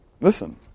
listen